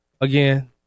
again